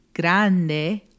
Grande